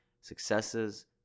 successes